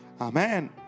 Amen